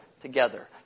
together